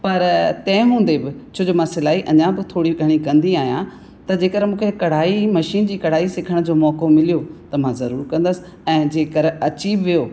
पर तंहिं हूंदे बि छो जो मां सिलाई अञा बि थोरी घणी कंदी आहियां त जेकरि मूंखे कढ़ाई मशीन जी कढ़ाई सिखण जो मौक़ो मिलियो त मां ज़रूरु कंदसि ऐं जेकरि अची बि वियो